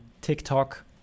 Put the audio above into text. TikTok